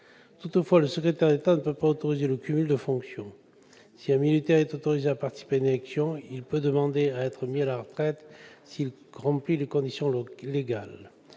Toutefois, le secrétaire d'État ne peut pas autoriser le cumul de fonctions : si un militaire est autorisé à participer à une élection, il peut demander à être mis à la retraite s'il remplit les conditions légales